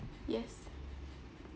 yes